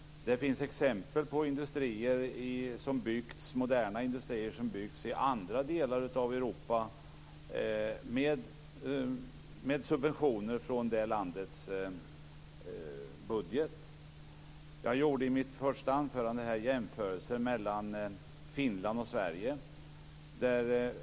Det finns exempel på moderna industrier som byggts i andra delar av Europa med subventioner från det landets budget. Jag gjorde i mitt anförande en jämförelse mellan Finland och Sverige.